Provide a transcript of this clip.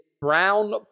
brown